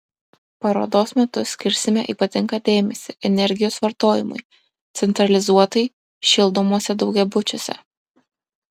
parodos metu skirsime ypatingą dėmesį energijos vartojimui centralizuotai šildomuose daugiabučiuose